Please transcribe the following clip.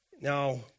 Now